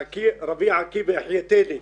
ר' עקיבא, החייתני,